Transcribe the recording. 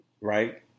right